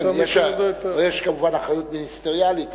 יש, כמובן, אחריות מיניסטריאלית.